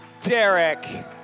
Derek